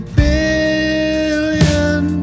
billion